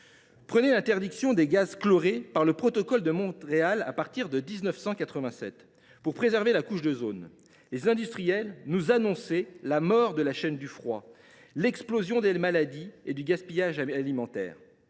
Pensez à l’interdiction des gaz chlorés par le protocole de Montréal à partir de 1987 pour préserver la couche d’ozone : les industriels nous annonçaient la mort de la chaîne du froid, l’explosion des maladies et du gaspillage alimentaire.